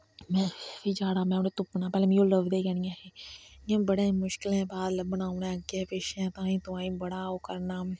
में फ्ही जाना में उनेंई तुप्पना पैह्लैं मिगी ओह् लब्भदे गै नेंईं हे इयां बड़ै मुश्कलै बाद लब्भना उनैं अग्गैं पिच्छैं ताहीं तोआहीं बड़ा ओह् करना